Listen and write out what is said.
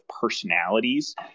personalities